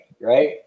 right